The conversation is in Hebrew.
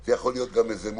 זה יכול להיות גם מועדון,